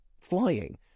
flying